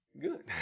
Good